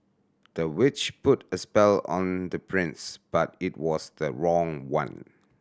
the witch put a spell on the prince but it was the wrong one